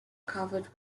covered